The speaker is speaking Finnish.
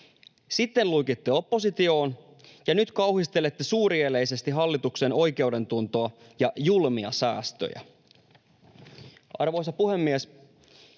sitten luikitte oppositioon ja nyt kauhistelette suurieleisesti hallituksen oikeudentuntoa ja julmia säästöjä. Arvoisa puhemies!